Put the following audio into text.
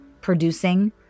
producing